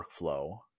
workflow